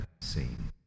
seen